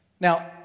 Now